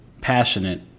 passionate